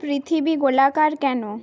পৃথিবী গোলাকার কেন